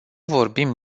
vorbim